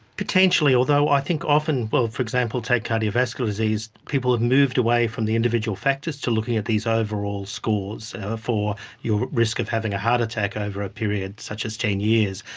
potentially, although i think often, well, for example, take cardiovascular disease, people have moved away from the individual factors to looking at these overall scores for your risk of having a heart attack over a period such as ten years,